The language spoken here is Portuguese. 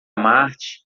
marte